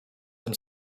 tym